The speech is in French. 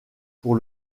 pour